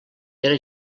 era